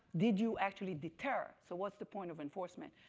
did you actually deter? so what's the point of enforcement,